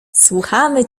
słuchamy